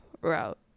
route